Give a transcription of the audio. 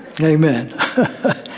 Amen